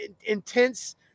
intense